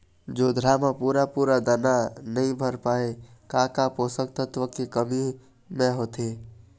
जोंधरा म पूरा पूरा दाना नई भर पाए का का पोषक तत्व के कमी मे होथे?